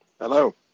Hello